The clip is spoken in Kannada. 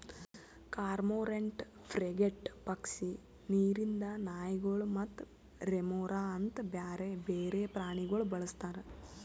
ಕಾರ್ಮೋರೆಂಟ್, ಫ್ರೆಗೇಟ್ ಪಕ್ಷಿ, ನೀರಿಂದ್ ನಾಯಿಗೊಳ್ ಮತ್ತ ರೆಮೊರಾ ಅಂತ್ ಬ್ಯಾರೆ ಬೇರೆ ಪ್ರಾಣಿಗೊಳ್ ಬಳಸ್ತಾರ್